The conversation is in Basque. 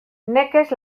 nekez